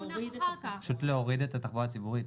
פשוט להוריד את 'התחבורה הציבורית'.